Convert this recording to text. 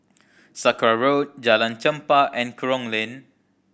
Sakra Road Jalan Chempah and Kerong Lane